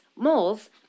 Moles